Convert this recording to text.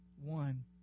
One